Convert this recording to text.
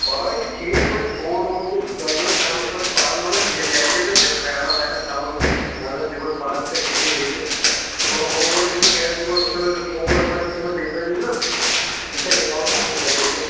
پڑھأے چھِ ٹھیٖکھ وۄنۍ فون وون تہِ گژھیٚس دیُن کم یِتھٕ پٲٹھۍ چھُ پران مگر ٹھیٖک گرِ تہِ گژھیٚس خیالا ویالا تھاوُن نظر دِوان پران چھا ٹھیٖکھٕے بیٚیہِ کیٛاہ تھوڑا ہوٗم ؤرک أسۍ زہوس گرِ دِوان وُچھان أسۍزہوس ہوٗم ؤرک ما چھَس تھأومٕژ ٹیٖچرن ویٖچرن یہِ چھا نِباوان اَصٕل پأٹھۍ بیٚیہِ کیٛاہ